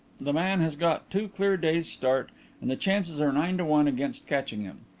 the man has got two clear days' start and the chances are nine to one against catching him.